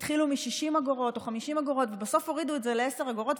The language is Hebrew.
התחילו מ-60 אגורות או 50 אגורות ובסוף הורידו את זה לעשר אגורות,